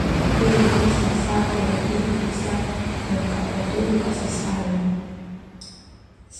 Sapi no bii bisa natudu kasih sayang.